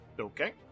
Okay